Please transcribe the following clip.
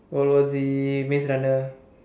world war Z maze runner